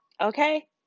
okay